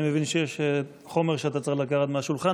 אני מבין שיש חומר שאתה צריך לקחת מהשולחן.